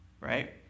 Right